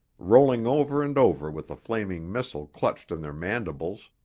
rolling over and over with a flaming missile clutched in their mandibles,